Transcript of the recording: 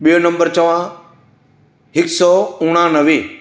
ॿियो नंबर चवां हिक सौ उणानवे